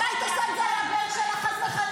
מה את היית עושה אם זה היה הבן שלך, חס וחלילה?